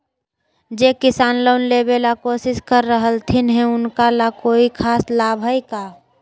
जे किसान लोन लेबे ला कोसिस कर रहलथिन हे उनका ला कोई खास लाभ हइ का?